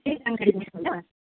केही जानकारी